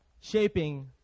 shaping